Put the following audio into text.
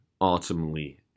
ultimately